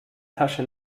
tasche